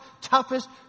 toughest